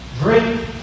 Drink